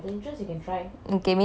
okay maybe I try